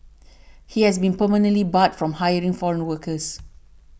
he has been permanently barred from hiring foreign workers